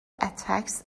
attacks